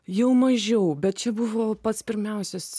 jau mažiau bet čia buvo pats pirmiausias